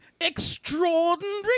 Extraordinary